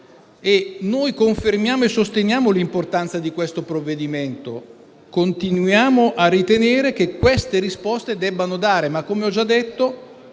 Confermiamo e sosteniamo l'importanza del provvedimento; continuiamo a ritenere che le risposte si debbano dare, ma, come ho già detto,